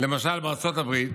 למשל בארצות הברית